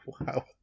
wow